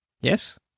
Yes